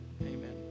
Amen